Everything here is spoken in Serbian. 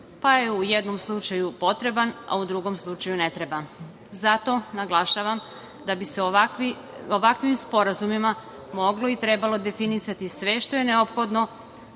pa je u jednom slučaju potreban, a u drugom slučaju ne treba. Zato naglašavam da bi se ovakvim sporazumima moglo i trebalo definisati sve što je neophodno